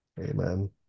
Amen